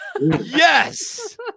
Yes